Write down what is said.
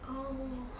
oh